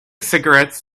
cigarettes